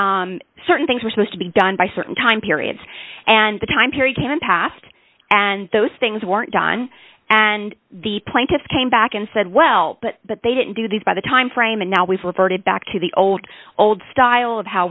and certain things were supposed to be done by certain time periods and the time period can passed and those things weren't done and the plaintiffs came back and said well but but they didn't do these by the time frame and now we've reverted back to the old old style of how